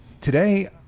Today